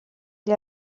gli